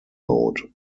mode